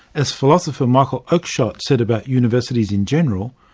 as philosopher michael oakeshott said about universities in general,